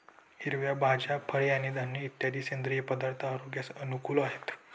हिरव्या भाज्या, फळे आणि धान्य इत्यादी सेंद्रिय पदार्थ आरोग्यास अनुकूल आहेत